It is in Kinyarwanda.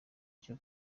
cyo